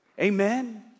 Amen